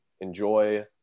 Enjoy